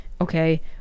Okay